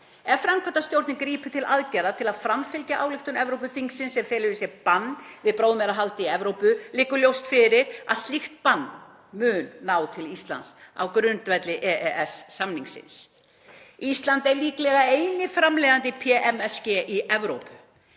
Ef framkvæmdastjórnin grípur til aðgerða til að framfylgja ályktun Evrópuþingsins, sem felur í sér bann við blóðmerahaldi í Evrópu, liggur ljóst fyrir að slíkt bann mun ná til Íslands á grundvelli EES-samningsins. Ísland er líklega eini framleiðandi PMSG í Evrópu